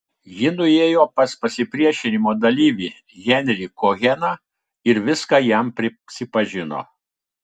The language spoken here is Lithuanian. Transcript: ji nuėjo pas pasipriešinimo dalyvį henrį koheną ir viską jam prisipažino